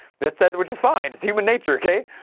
that's the, which is fine, it's human nature, okay,